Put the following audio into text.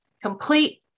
complete